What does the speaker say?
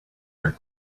are